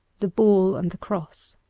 the ball and the cross.